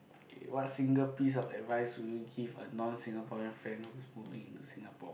okay what single piece of advice will you give a non Singaporean friend who's moving into Singapore